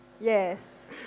Yes